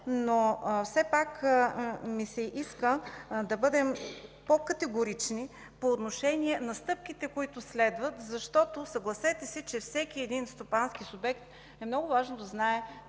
Все пак ми се иска да бъдем по-категорични по отношение стъпките, които следват. Защото, съгласете се, че всеки един стопански субект е много важно да знае